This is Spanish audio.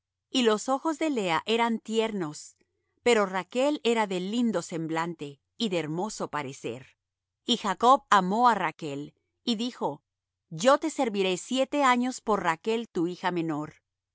y los ojos de lea eran tiernos pero rachl era de lindo semblante y de hermoso parecer y jacob amó á rachl y dijo yo te serviré siete años por rachl tu hija menor